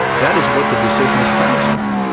that is what the decision is premised on.